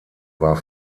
war